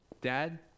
Dad